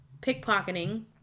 pickpocketing